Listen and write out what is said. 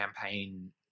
campaign